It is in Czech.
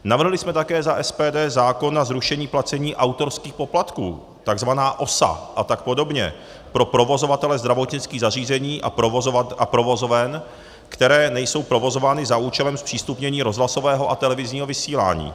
Navrhli jsme také za SPD zákon na zrušení placení autorských poplatků, takzvaná OSA, a tak podobně, pro provozovatele zdravotnických zařízení a provozoven, které nejsou provozovány za účelem zpřístupnění rozhlasového a televizního vysílání.